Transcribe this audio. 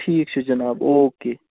ٹھیٖک چھُ جناب او کے